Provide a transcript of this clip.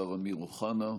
השר אמיר אוחנה,